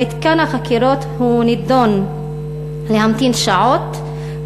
במתקן החקירות הוא נידון להמתין שעות,